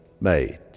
made